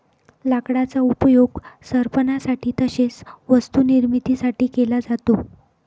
लाकडाचा उपयोग सरपणासाठी तसेच वस्तू निर्मिती साठी केला जातो